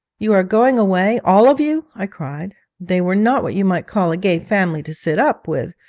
you are going away, all of you i cried. they were not what you might call a gay family to sit up with,